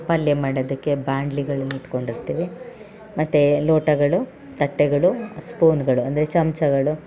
ಪಲ್ಯ ಮಾಡೋದಕ್ಕೆ ಬಾಂಡ್ಲಿಗಳನ್ನ ಇಟ್ಕೊಂಡಿರ್ತೀವಿ ಮತ್ತು ಲೋಟಗಳು ತಟ್ಟೆಗಳು ಸ್ಪೂನ್ಗಳು ಅಂದರೆ ಚಮಚಗಳು